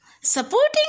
supporting